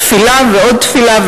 תפילה ועוד תפילה,